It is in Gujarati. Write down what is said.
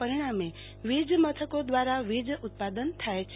પરિણામે વીજ મથકો દ્રારા વીજ ઉત્પાદન થાય છે